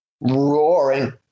roaring